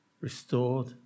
restored